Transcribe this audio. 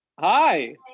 Hi